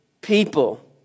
people